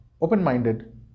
open-minded